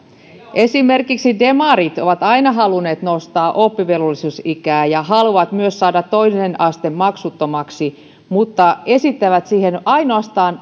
esimerkiksi demarit ovat aina halunneet nostaa oppivelvollisuusikää ja haluavat myös saada toisen asteen maksuttomaksi mutta esittävät siihen ainoastaan